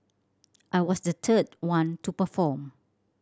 I was the third one to perform